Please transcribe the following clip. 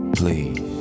please